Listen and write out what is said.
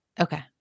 Okay